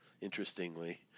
interestingly